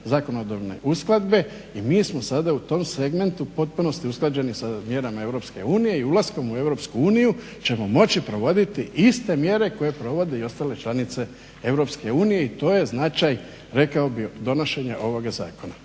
zakonodavne uskladbe i mi smo sada u tom segmentu u potpunosti usklađeni sa mjerama Europske unije i ulaskom u Europsku uniju ćemo moći provoditi iste mjere koje provode i ostale članice Europske unije i to je značaj rekao bih od donošenja ovoga Zakona.